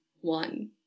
one